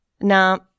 Now